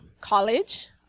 college